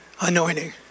anointing